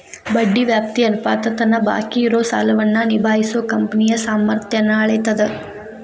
ಬಡ್ಡಿ ವ್ಯಾಪ್ತಿ ಅನುಪಾತ ತನ್ನ ಬಾಕಿ ಇರೋ ಸಾಲವನ್ನ ನಿಭಾಯಿಸೋ ಕಂಪನಿಯ ಸಾಮರ್ಥ್ಯನ್ನ ಅಳೇತದ್